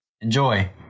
Enjoy